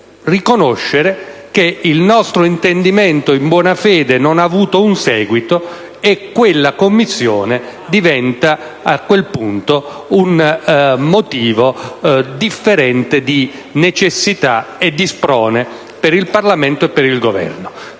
riconoscere che il nostro intendimento in buona fede non ha avuto un seguito e la Commissione diventa a quel punto un motivo differente di necessità e di sprone per il Parlamento e il Governo.